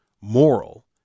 moral